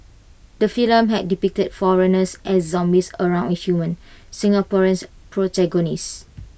the film had depicted foreigners as zombies around A human Singaporeans protagonist